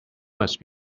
must